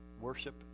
worship